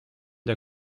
der